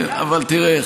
תראה,